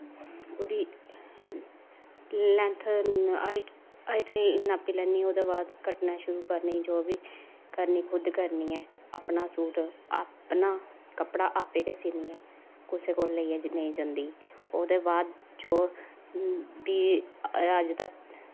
पैह्लैं ओह्दी हाईट नापी लैन्नी ओह्दै बाद कट्टना शुरू करनी जो बी करनी खुद करनी आं अपना सूट आपैं कपड़ा आपैं गै सीनी आं कुसै कोल लोईयै नेईं जंदी ओह्दै बाद जो बी अज्ज दा